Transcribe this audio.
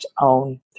own